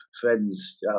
friends